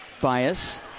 Bias